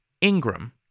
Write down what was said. Ingram